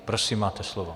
Prosím, máte slovo.